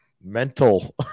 Mental